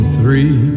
three